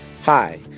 Hi